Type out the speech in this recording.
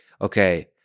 okay